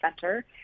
Center